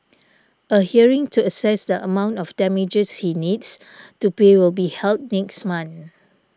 a hearing to assess the amount of damages he needs to pay will be held next month